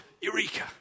Eureka